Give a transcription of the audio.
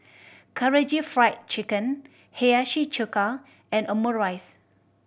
Karaage Fried Chicken Hiyashi Chuka and Omurice